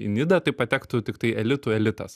į nidą tai patektų tiktai elitų elitas